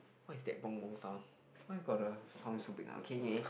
what is that bong bong sound why got the sound so big ah K K